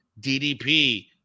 DDP